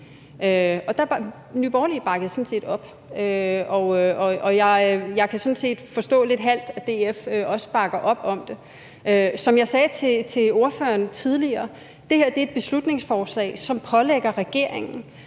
Og Nye Borgerlige bakkede sådan set op. Men jeg kan sådan set forstå – lidt halvt – at DF også bakker op om det. Som jeg sagde til ordføreren tidligere, er det her et beslutningsforslag, som pålægger regeringen